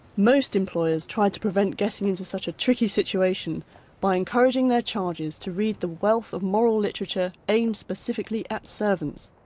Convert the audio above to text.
most employers tried to prevent getting into such a tricky situation by encouraging their charges to read the wealth of moral literature aimed specifically at servants.